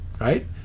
right